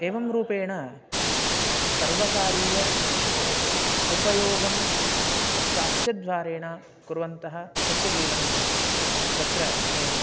एवं रूपेण सर्वकारीयम् उपयोगं स्वास्थ्यद्वारा कुर्वन्तः स्वस्य जीवनं तत्र वयं